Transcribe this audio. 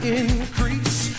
increase